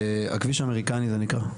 הכביש האמריקני זה נקרא,